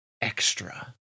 extra